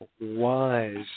wise